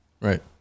Right